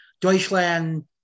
Deutschland